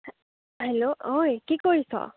hello অই কি কৰিছ